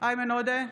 איימן עודה,